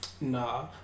Nah